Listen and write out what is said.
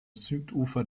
südufer